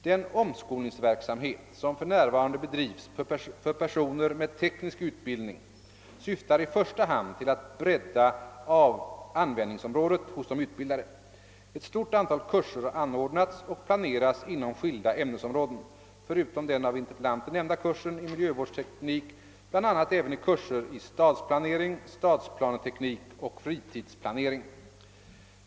Den omskolningsverksamhet som för närvarande bedrivs för personer med teknisk utbildning syftar i första hand till att bredda användningsområdet hos de utbildade. Ett stort antal kurser har anordnats och planeras inom skilda ämnesområden, förutom den av interpellanten nämnda kursen i miljövårdsteknik bl.a. även kurser i stadsplanering, stadsplaneteknik och fritidsplanering.